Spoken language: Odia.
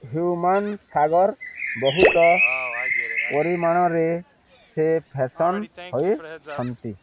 ହ୍ୟୁମାନ୍ ସାଗର ବହୁତ ପରିମାଣରେ ସେ ଫ୍ୟାସନ୍ ହୋଇଛନ୍ତି